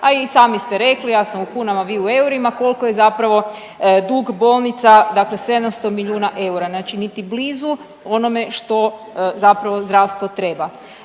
a i sami ste rekli ja sam u kunama, vi u eurima koliko je zapravo dug bolnica, dakle 700 milijuna eura znači niti blizu onome što zapravo zdravstvo treba.